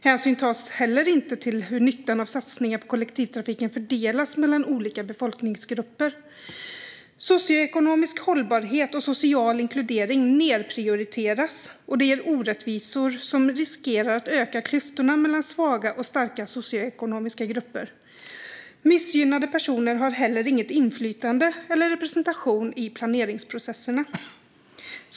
Hänsyn tas inte heller till hur nyttan av satsningar på kollektivtrafiken fördelas mellan olika befolkningsgrupper. Socioekonomisk hållbarhet och social inkludering nedprioriteras, och det ger orättvisor som riskerar att öka klyftorna mellan svaga och starka socioekonomiska grupper. Missgynnade personer har inte heller något inflytande eller någon representation i planeringsprocesserna.